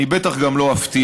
אני בטח גם לא אפתיע,